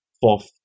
fourth